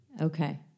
Okay